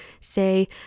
say